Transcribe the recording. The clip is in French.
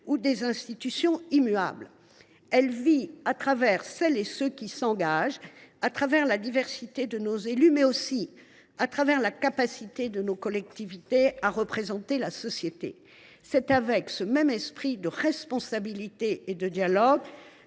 ou des institutions immuables. Elle vit à travers celles et ceux qui s’engagent, à travers la diversité de nos élus, mais aussi à travers la capacité de nos collectivités à représenter la société. C’est dans ce même esprit de responsabilité et de dialogue